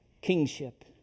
kingship